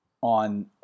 on